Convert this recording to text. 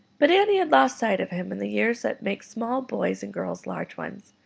but annie had lost sight of him in the years that make small boys and girls large ones,